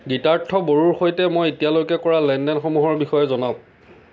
গীতাৰ্থ বড়োৰ সৈতে মই এতিয়ালৈকে কৰা লেনদেনসমূহৰ বিষয়ে জনাওক